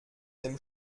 dem